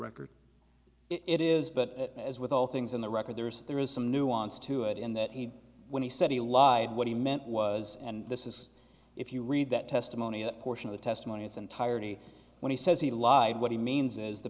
record it is but as with all things in the record there is there is some nuance to it in that when he said he lied what he meant was and this is if you read that testimony that portion of the testimony it's entirety when he says he lied what he means is the